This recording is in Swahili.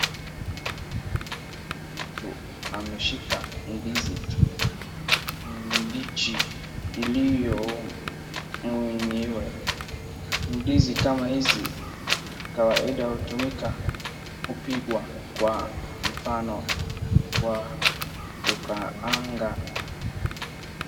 Mtu ameshika ndizi mbichi iliyomenywa. Ndizi kama hizi kawaida hutumika kupikwa, kwa mfano kwa kukaanga.